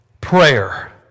Prayer